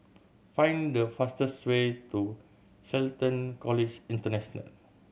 find the fastest way to Shelton College International